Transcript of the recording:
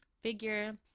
figure